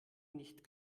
nicht